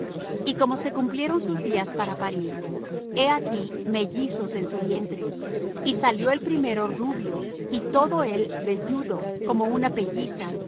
y como se cumplieron sus días para parir he aquí mellizos en su vientre y salió el primero rubio y todo él velludo como una pelliza